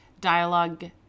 dialogue